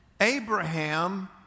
Abraham